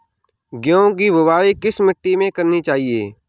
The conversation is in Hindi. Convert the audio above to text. गेहूँ की बुवाई किस मिट्टी में करनी चाहिए?